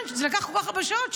זה לקח כל כך הרבה שעות.